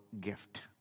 gift